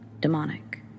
demonic